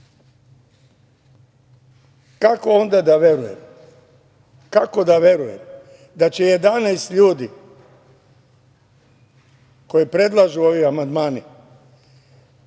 Kako onda da verujem? Kako da verujem da će 11 ljudi koji predlažu ovi amandmani